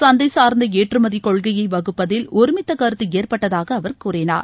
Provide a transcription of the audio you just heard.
சந்தை சார்ந்த ஏற்றுமதி கொள்கையை வகுப்பதில் ஒருமித்த கருத்து ஏற்பட்டதாக அவர் கூறினார்